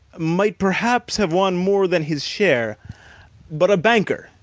might perhaps have won more than his share but a banker,